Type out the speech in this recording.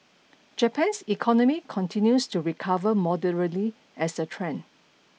Japan's economy continues to recover moderately as a trend